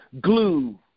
glue